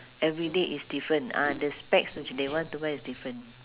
everyday is different ah the specs which they want to buy is different